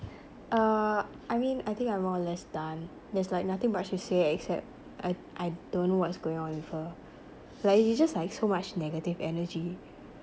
uh I mean I think I'm more or less done there's like nothing much to say except I I don't know what's going on with her like it's just like so much negative energy